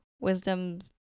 wisdom